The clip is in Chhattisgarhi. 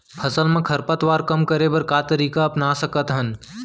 फसल मा खरपतवार कम करे बर का तरीका अपना सकत हन?